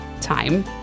time